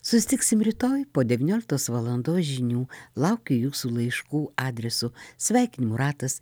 susitiksim rytoj po devynioliktos valandos žinių laukiu jūsų laiškų adresu sveikinimų ratas